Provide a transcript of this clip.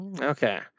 Okay